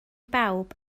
bawb